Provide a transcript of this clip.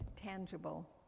tangible